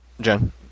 Jen